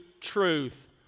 truth